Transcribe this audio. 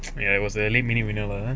ya it was early mini vanilla !huh!